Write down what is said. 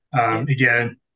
again